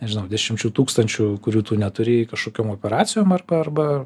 nežinau dešimčių tūkstančių kurių tu neturėjai kažkokiom operacijom arba arba